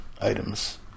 items